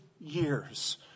years